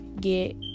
get